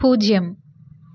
பூஜ்ஜியம்